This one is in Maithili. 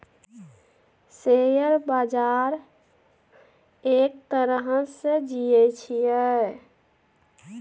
शेयर बजार एक तरहसँ जुऐ छियै